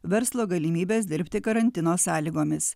verslo galimybes dirbti karantino sąlygomis